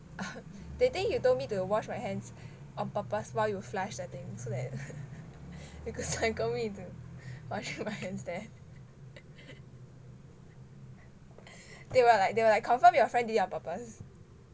that day you told me to wash my hands on purpose while you flush the thing so that you could psycho me into washing my hands there they were like they were like confirm your friend did it on purpose